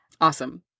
Awesome